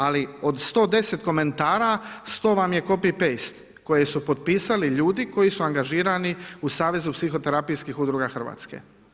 Ali od 110 komentara, 100 vam je copy paste koji su potpisali ljudi, koji su angažirali u savezu psihoterapijskih udruga Hrvatske.